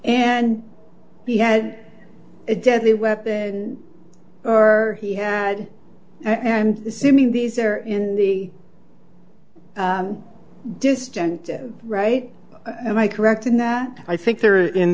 and he had a deadly weapon or he had and assuming these are in the distant right and i correct in that i think they're in